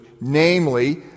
namely